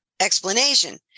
explanation